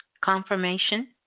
confirmation